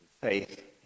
faith